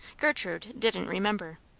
gertrude didn't remember.